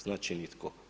Znači, nitko.